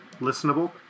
listenable